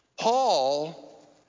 Paul